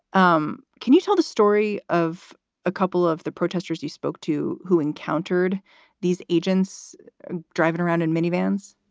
um can you tell the story of a couple of the protesters you spoke to who encountered these agents driving around in minivans?